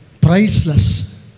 priceless